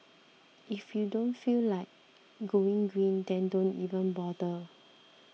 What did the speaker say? if you don't feel like going green then don't even bother